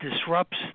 disrupts